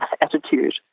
attitude